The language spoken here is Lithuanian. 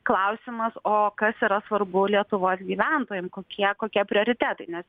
klausimas o kas yra svarbu lietuvos gyventojam kokie kokie prioritetai nes